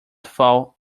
fall